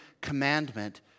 commandment